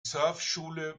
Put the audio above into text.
surfschule